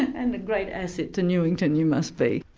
and a great asset to newington you must be.